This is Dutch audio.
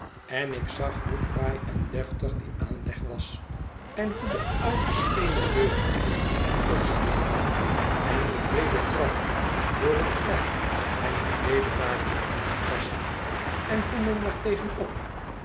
en ik zag hoe fraai en deftig die aanleg was en hoe de oude steenen leuningen en borstweringen en de breede trappen door den tijd en het weder waren aangetast en hoe men daar tegen op